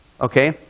Okay